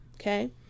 okay